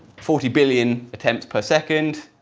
forty billion attempts per second.